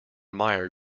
mire